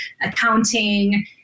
accounting